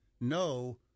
no